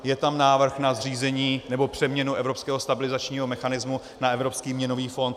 Je tam návrh na zřízení nebo přeměnu evropského stabilizačního mechanismu na Evropský měnový fond.